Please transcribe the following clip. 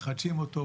מחדשים אותו,